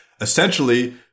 essentially